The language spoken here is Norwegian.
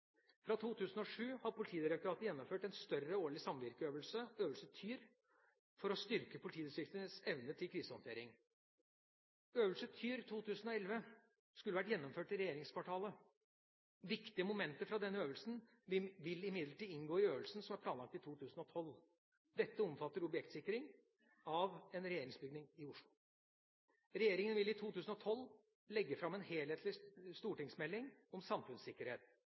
Fra 2007 har Politidirektoratet gjennomført en større årlig samvirkeøvelse, Øvelse Tyr, for å styrke politidistriktenes evne til krisehåndtering. Øvelse Tyr 2011 skulle vært gjennomført i regjeringskvartalet. Viktige momenter fra denne øvelsen vil imidlertid inngå i øvelsen som er planlagt i 2012. Dette omfatter objektsikring av en regjeringsbygning i Oslo. Regjeringa vil i 2012 legge fram en helhetlig stortingsmelding om samfunnssikkerhet.